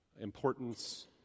importance